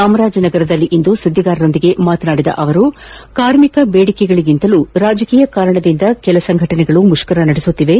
ಚಾಮರಾಜನಗರದಲ್ಲಿಂದು ಸುದ್ದಿಗಾರರೊಂದಿಗೆ ಮಾತನಾದಿದ ಅವರು ಕಾರ್ಮಿಕ ಬೇಡಿಕೆಗಳಿಗಿಂತಲೂ ರಾಜಕೀಯ ಕಾರಣದಿಂದಾಗಿ ಕೆಲ ಸಂಘಟನೆಗಳು ಮುಷ್ಕರ ನಡೆಸುತ್ತಿವೆ